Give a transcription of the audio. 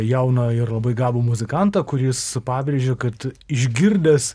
jauną ir labai gabų muzikantą kuris pabrėžė kad išgirdęs